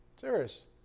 Serious